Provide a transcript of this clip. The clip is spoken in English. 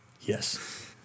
Yes